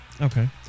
Okay